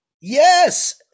Yes